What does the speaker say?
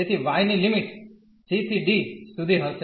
તેથી y ની limit c ¿d સુધી હશે